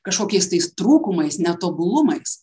kažkokiais tais trūkumais netobulumais